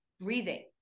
breathing